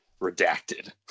redacted